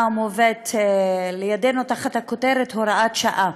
המובאת לפנינו תחת הכותרת "הוראת שעה".